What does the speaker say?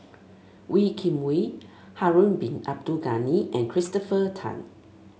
Wee Kim Wee Harun Bin Abdul Ghani and Christopher Tan